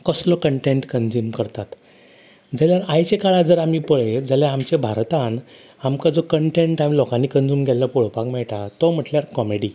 कसलो content consume करतात जाल्यार आयच्या काळा जर आमी पळयत जाल्यार आमच्या भारतान आमकां जो कंटेंट लोकांनी कंज्यूम केल्लो पळोवपाक मेयटा तो म्हटल्यार कॉमेडी